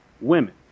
Women